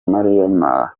mariya